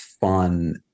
fun